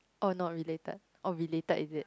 oh not related oh related is it